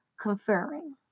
conferring